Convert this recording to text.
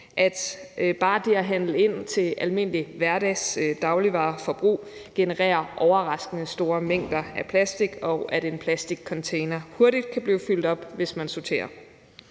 at bare det at handle ind til et almindeligt hverdagsforbrug af dagligvarer genererer overraskende store mængder af plastik, og at en plastikcontainer hurtigt kan blive fyldt op, hvis man sorterer.